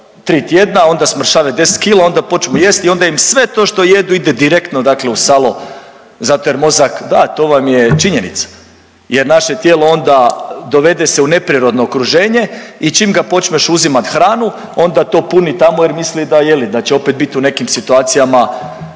tri tjedna onda smršave 10 kg, onda počnu jesti i onda im sve to što jedu ide direktno dakle u salo zato jer mozak, da to vam je činjenica, jer naše tijelo onda dovede se u neprirodno okruženje i čim ga počneš uzimat hranu onda to puni tamo jer misli da je li da će opet bit u nekim situacijama,